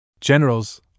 Generals